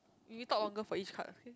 you talk on girl for each card ah